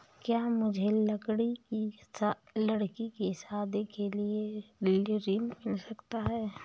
क्या मुझे लडकी की शादी के लिए ऋण मिल सकता है?